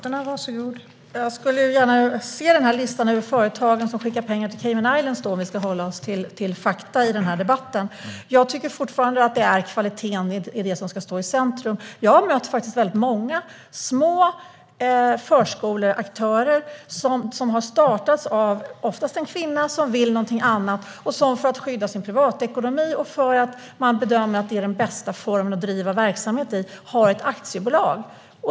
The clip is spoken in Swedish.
Fru talman! Jag skulle gärna se listan över företag som skickar pengar till Cayman Islands - om vi ska hålla oss till fakta i debatten. Jag tycker fortfarande att kvaliteten ska stå i centrum. Jag har mött många små förskoleaktörer som har startats - oftast av en kvinna som vill något annat. För att skydda sin privatekonomi och för att de bedömer att det är den bästa formen att driva verksamhet i har de ett aktiebolag.